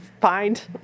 find